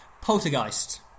Poltergeist